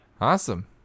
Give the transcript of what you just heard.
Awesome